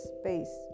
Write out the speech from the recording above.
space